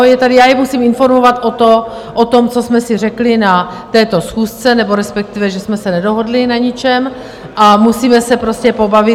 Je tady já je musím informovat o tom, co jsme si řekli na této schůzce, nebo respektive, že jsme se nedohodli na ničem, a musíme se prostě pobavit.